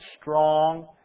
strong